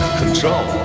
control